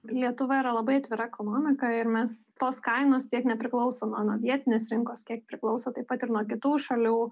lietuva yra labai atvira ekonomika ir mes tos kainos tiek nepriklausoma nuo vietinės rinkos kiek priklauso taip pat ir nuo kitų šalių